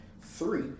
three